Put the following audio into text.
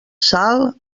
sal